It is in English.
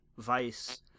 Vice